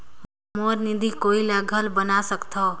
मोर निधि कोई ला घल बना सकत हो?